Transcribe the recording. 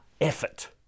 effort